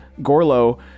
Gorlo